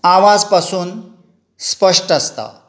आवाज पासून स्पश्ट आसता